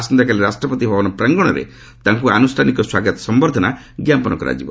ଆସନ୍ତାକାଲି ରାଷ୍ଟ୍ରପତି ଭବନ ପ୍ରାଙ୍ଗଣରେ ଡକ୍ଟର ସେରିଂଙ୍କୁ ଆନୁଷ୍ଠାନିକ ସ୍ୱାଗତ ସମ୍ଭର୍ଦ୍ଧନା ଜ୍ଞାପନ କରାଯିବ